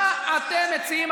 מה אתם מציעים?